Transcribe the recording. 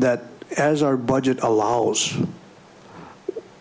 that as our budget allows